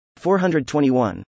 421